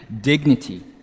dignity